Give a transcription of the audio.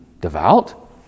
Devout